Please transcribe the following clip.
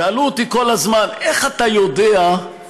שאלו אותי כל הזמן: איך אתה יודע שבבית